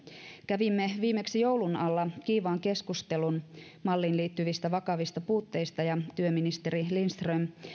kävimme viimeksi joulun alla kiivaan keskustelun malliin liittyvistä vakavista puutteista ja työministeri lindström